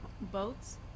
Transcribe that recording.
Boats